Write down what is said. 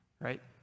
right